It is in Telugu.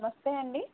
నమస్తే అండి